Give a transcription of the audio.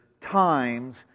times